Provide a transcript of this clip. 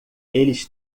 eles